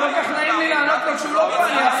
לא כל כך נעים לי לענות לו כשהוא לא פה, אני,